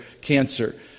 cancer